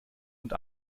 und